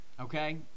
okay